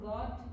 God